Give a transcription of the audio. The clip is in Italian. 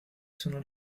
sono